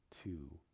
two